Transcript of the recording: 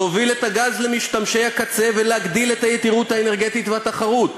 להוביל את הגז למשתמשי הקצה ולהגדיל את היתירות האנרגטית והתחרות.